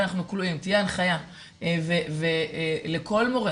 אנחנו כלואים, תהיה הנחיה לכל מורה